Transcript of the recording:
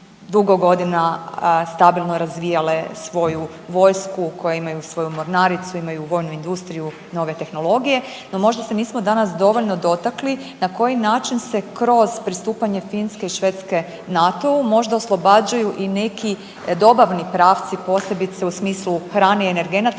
dugo godina stabilno razvijale svoju vojsku, koje imaju svoju mornaricu, imaju vojnu industriju, nove tehnologije no možda se nismo danas dovoljno dotakli na koji način se kroz pristupanje Finske i Švedske NATO-u možda oslobađaju i neki dobavni pravci, posebice u smislu hrane i energenata